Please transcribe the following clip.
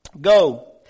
Go